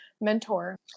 mentor